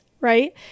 right